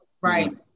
Right